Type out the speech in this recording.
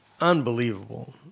unbelievable